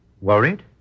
Worried